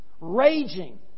raging